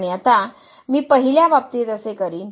आणि आता मी पहिल्या बाबतीत असे करीन